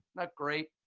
that great?